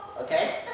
okay